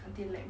until like